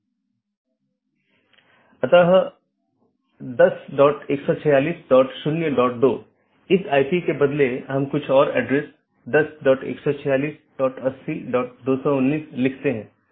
इसलिए मैं AS के भीतर अलग अलग तरह की चीजें रख सकता हूं जिसे हम AS का एक कॉन्फ़िगरेशन कहते हैं